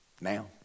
now